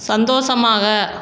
சந்தோஷமாக